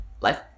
life